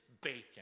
bacon